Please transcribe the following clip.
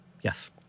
Yes